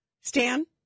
Stan